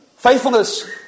Faithfulness